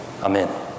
Amen